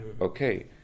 okay